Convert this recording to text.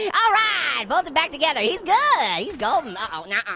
yeah alright, pulls it back together. he's good, he's golden. uh-oh, no,